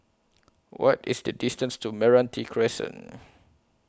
What IS The distance to Meranti Crescent